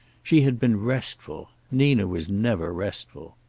she had been restful. nina was never restful.